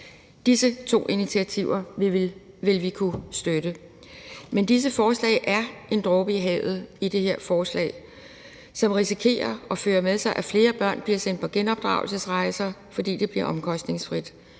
Disse to initiativer vil vi kunne støtte. Men disse forslag er en dråbe i havet i det her forslag, som risikerer at medføre, at flere børn bliver sendt på genopdragelsesrejser, fordi det bliver omkostningsfrit.